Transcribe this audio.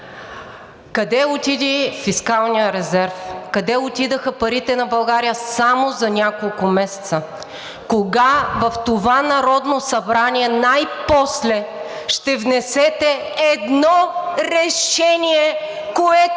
Къде отиде фискалният резерв? Къде отидоха парите на България само за няколко месеца? Кога в това Народно събрание най-после ще внесете едно решение, което